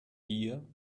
gier